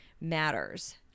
matters